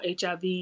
HIV